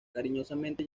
cariñosamente